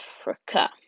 Africa